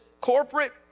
corporate